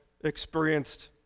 experienced